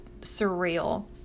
surreal